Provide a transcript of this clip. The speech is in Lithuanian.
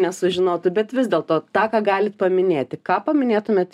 nesužinotų bet vis dėl to tą ką galit paminėti ką paminėtumėt